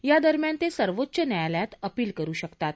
या दरम्यान ते सर्वोच्च न्यायालयात अपील करू शकतात